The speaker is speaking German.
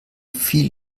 viel